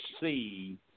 see